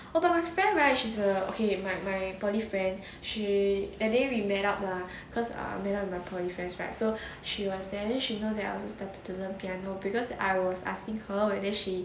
oh but my friend right she's a okay my my poly friend she that day we met up lah because err met up with my poly friends right so she was there because she know that I also started to learn piano because I was asking her whether she